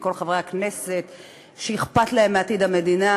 כל חברי הכנסת שאכפת להם מעתיד המדינה,